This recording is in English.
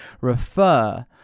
refer